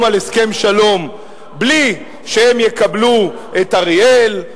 על הסכם שלום בלי שהם יקבלו את אריאל,